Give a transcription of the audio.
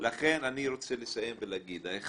אני מציע לחיזוק בית הספר הזה,